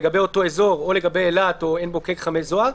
לגבי אותו אזור או לגבי אילת או עין בוקק-חמי זוהר,